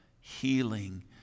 healing